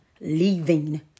leaving